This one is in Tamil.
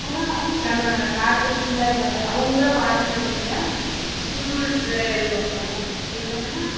ஆனால் நம்ம நாட்டு மன்னர்கள் அவங்களாம் வாழ்ந்த இதில் சுருளில் எழுதுவாங்க அப்படி இல்லைனா